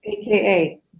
AKA